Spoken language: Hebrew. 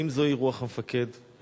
1. האם זוהי רוח המפקד בצה"ל?